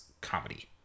comedy